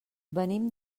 venim